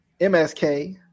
MSK